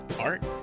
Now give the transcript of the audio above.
art